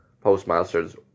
postmasters